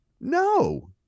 no